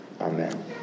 Amen